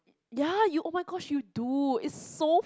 ya you oh-my-gosh you do it's so